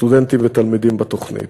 סטודנטים ותלמידים בתוכנית.